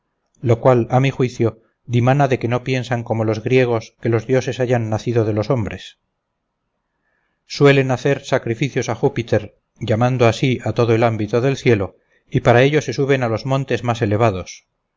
lo cual a mi juicio dimana de que no piensan como los griegos que los dioses hayan nacido de los hombres suelen hacer sacrificios a júpiter llamando así a todo el ámbito del cielo y para ello se suben a los montes más elevados